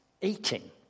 eating